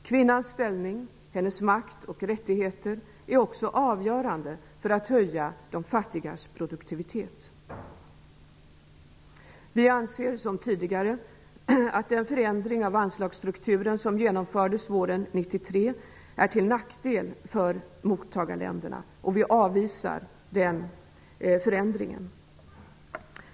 Kvinnans ställning, hennes makt och rättigheter är också avgörande för att höja de fattigas produktivitet. Vi anser som tidigare att den förändring av anslagsstrukturen som genomfördes våren 1993 är till nackdel för mottagarländerna, och vi avvisar den förändringen.